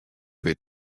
wit